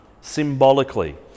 symbolically